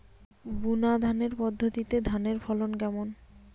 বুনাধানের পদ্ধতিতে ধানের ফলন কেমন?